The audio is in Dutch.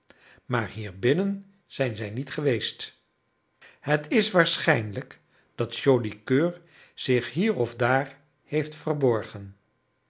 maar hierbinnen zijn zij niet geweest het is waarschijnlijk dat joli coeur zich hier of daar heeft verborgen